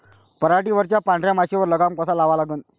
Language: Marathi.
पराटीवरच्या पांढऱ्या माशीवर लगाम कसा लावा लागन?